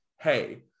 hey